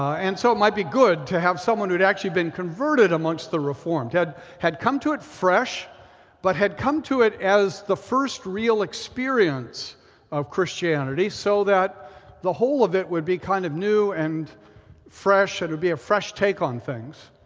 and so it might be good to have someone who had actually been converted amongst the reformed, had had come to it fresh but had come to it as the first real experience of christianity, so that the whole of it would be kind of new and fresh. it would be a fresh take on things.